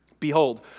Behold